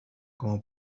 como